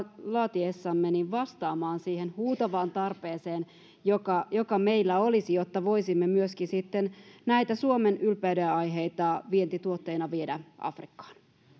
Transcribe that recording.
laatiessamme vastaamaan siihen huutavaan tarpeeseen joka joka meillä olisi jotta voisimme myöskin sitten näitä suomen ylpeydenaiheita vientituotteina viedä afrikkaan